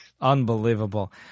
Unbelievable